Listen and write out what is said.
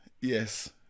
yes